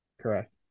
Correct